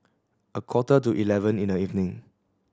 a quarter to eleven in the evening